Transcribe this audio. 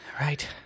Right